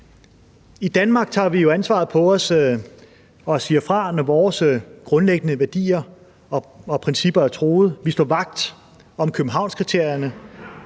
I Danmark tager vi jo ansvaret på os og siger fra, når vores grundlæggende værdier og principper er truede. Vi står vagt om Københavnskriterierne